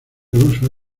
ruso